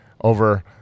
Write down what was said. over